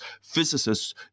physicists